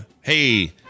hey